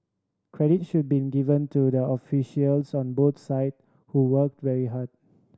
credit should be given to the officials on both side who worked very hard